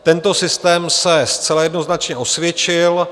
Tento systém se zcela jednoznačně osvědčil.